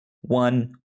one